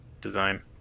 Design